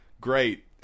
Great